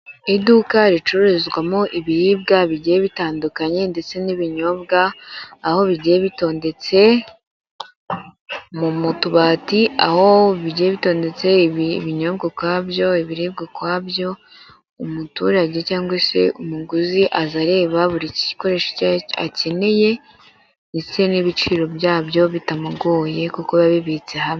Iduka ricururizwamo ibiribwa bigiye bitandukanye ndetse n'ibinyobwa, aho bigiye bitondetse mu tubati. Aho bigiye bitondetse ibinyobwa ubwabyo ibirebwakwabyo. Umuturage cyangwa se umuguzi aza areba burikoresho akeneye ndetse n'ibiciro byabyo bitamugoye kuko bi ya bibitse hamwe.